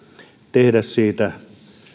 tehdä siitä